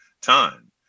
time